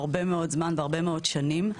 הרבה מאוד זמן והרבה מאוד שנים.